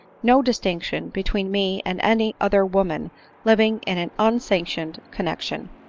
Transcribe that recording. no distinction between me and any other woman living in an unsanctioned connexion.